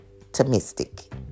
Optimistic